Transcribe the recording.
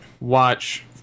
watch